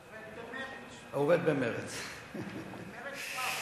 בית-המשפט עובד במרץ רב.